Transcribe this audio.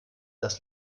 das